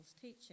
teaching